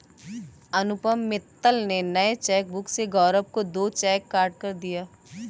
अनुपम मित्तल ने नए चेकबुक से गौरव को दो चेक काटकर दिया